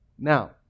Now